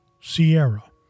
Sierra